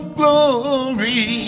glory